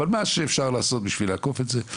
ונעשה מה שאפשר בשביל לעקוף את זה.